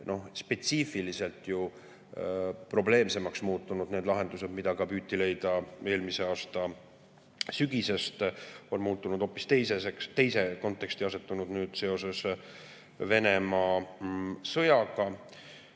spetsiifiliselt [paraku] probleemsemaks muutunud. Need lahendused, mida püüti leida eelmise aasta sügisel, on muutunud hoopis teiseseks. Need on nüüd seoses Venemaa sõjaga